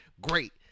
great